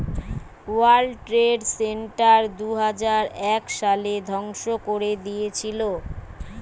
world trade center দুইহাজার এক সালে ধ্বংস করে দিয়েছিলো